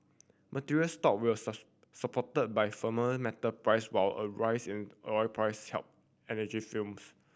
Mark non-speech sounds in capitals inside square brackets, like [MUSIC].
materials stock will [UNINTELLIGIBLE] supported by firmer metal price while a rise in oil price helped energy films